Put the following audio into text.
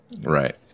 Right